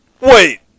Wait